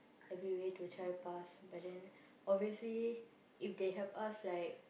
every way to try pass but then obviously if they help us like